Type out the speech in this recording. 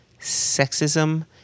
sexism